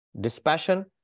dispassion